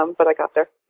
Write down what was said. um but i got there.